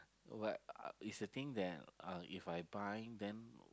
but uh it's the thing that uh If I buy then